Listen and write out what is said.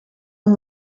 and